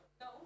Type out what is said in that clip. No